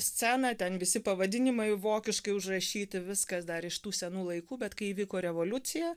scena ten visi pavadinimai vokiškai užrašyti viskas dar iš tų senų laikų bet kai įvyko revoliucija